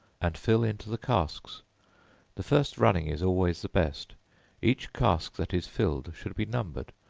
and fill into the casks the first running is always the best each cask that is filled should be numbered,